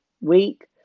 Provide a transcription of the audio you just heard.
week